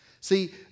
See